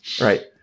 Right